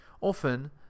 Often